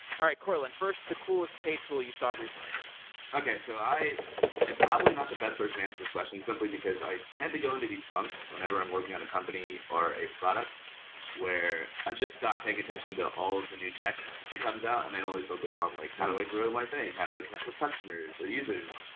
all right, courtland. first, the coolest paid tool you saw recently i'm so and probably not the best person to answer this question simply because i tend to go into these fonts whenever i'm working on a company or a product where i just stop paying attention to all of the new tech that comes out and i only focus on, like how do i grow my thing? how do i connect with customers or users?